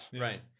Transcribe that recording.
Right